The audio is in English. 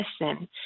listen